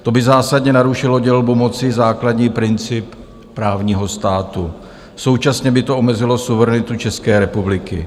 To by zásadně narušilo dělbu moci, základní princip právního státu, současně by to omezilo suverenitu České republiky.